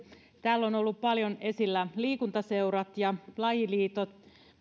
täällä on ollut paljon esillä liikuntaseurat ja lajiliitot mutta